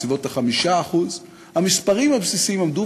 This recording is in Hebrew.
בסביבות ה-5%; המספרים הבסיסיים עמדו,